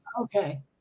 Okay